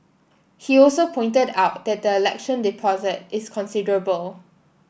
he also pointed out that the election deposit is considerable